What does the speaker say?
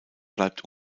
bleibt